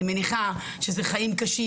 אני מניחה שזה חיים קשים.